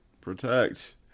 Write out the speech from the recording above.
Protect